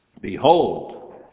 Behold